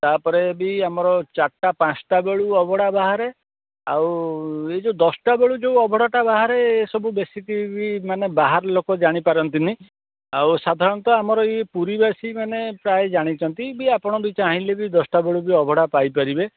ତା'ପରେ ବି ଆମର ଚାରିଟା ପାଞ୍ଚଟା ବେଳୁ ଅବଢ଼ା ବାହାରେ ଆଉ ଏ ଯେଉଁ ଦଶଟାବେଳୁ ଯେଉଁ ଅବଢ଼ାଟା ବାହାରେ ସବୁ ବେଶୀ ବି ମାନେ ବାହାର ଲୋକ ଜାଣିପାରନ୍ତିନି ଆଉ ସାଧାରଣତଃ ଆମର ଏଇ ପୁରୀବାସୀମାନେ ପ୍ରାୟ ଜାଣିଛନ୍ତି ବି ଆପଣ ବି ଚାହିଁଲେ ବି ଦଶଟା ବେଳୁ ବି ଅବଢ଼ା ପାଇପାରିବେ